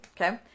Okay